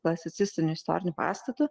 klasicistiniu istoriniu pastatu